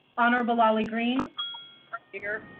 honorable ali green here.